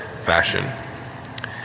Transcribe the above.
fashion